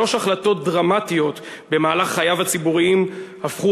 שלוש החלטות דרמטיות במהלך חייו הציבוריים הפכו